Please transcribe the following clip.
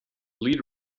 lead